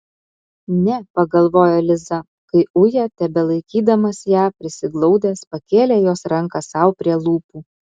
ne pagalvojo liza kai uja tebelaikydamas ją prisiglaudęs pakėlė jos ranką sau prie lūpų